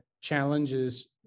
challenges